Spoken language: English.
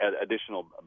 additional